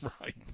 Right